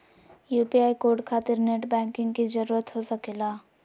UPI code खातिर net banking की जरूरत हो सके ला?